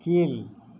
கீழ்